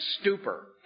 stupor